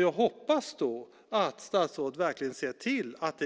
Jag hoppas därför att statsrådet verkligen ser till att